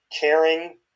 caring